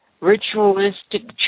Ritualistic